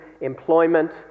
employment